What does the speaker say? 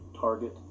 target